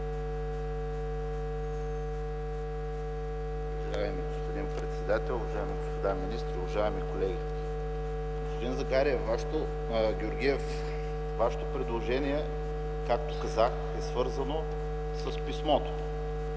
Вашето предложение, както казах, е свързано с писмото.